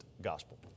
gospel